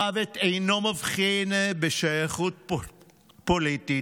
המוות אינו מבחין בשייכות פוליטית.